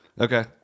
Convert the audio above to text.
Okay